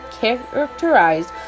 characterized